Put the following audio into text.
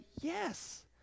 yes